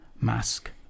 mask